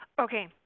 Okay